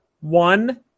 One